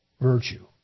virtue